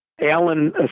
Alan